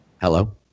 Hello